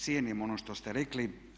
Cijenim ono što ste rekli.